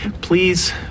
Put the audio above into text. Please